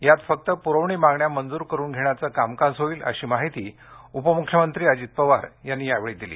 यात फक्त पुरवणी मागण्या मंजूर करून घेण्याचं कामकाज होईल अशी माहिती उपमुख्यमंत्री अजित पवार यांनी यावेळी दिली